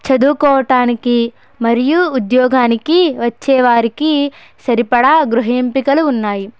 చదువుకోవడానికి మరియు ఉద్యోగానికి వచ్చేవారికి సరిపడా గృహ ఎంపికలు ఉన్నాయి